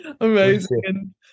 Amazing